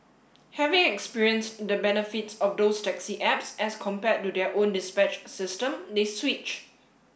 having experienced the benefits of those taxi apps as compared to their own dispatch system they switch